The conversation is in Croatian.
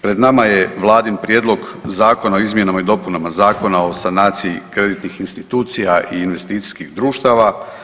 Pred nama je Vladin prijedlog Zakona o izmjenama i dopunama Zakona o sanaciji kreditnih institucija i investicijskih društava.